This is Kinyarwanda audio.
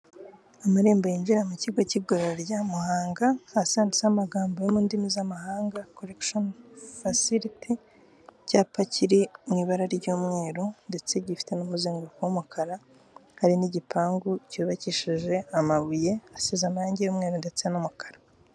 Amarembo yinjira mu kigo cy'igorora rya Muhanga hasi handitseho amagambo yo mu ndimi z'amahanga Correctional facility, icyapa kiri mu ibara ry'umweru ndetse gifite n'umuzenguruko w'umukara, hari n'igipangu cyubakishije amabuye asize amarangi y'umweru ndetse n'umukara.